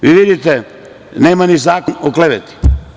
Vidite, nema ni zakon o kleveti.